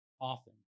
often